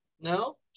No